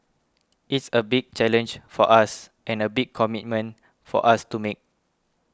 it is a big challenge for us and a big commitment for us to make